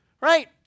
Right